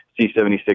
C76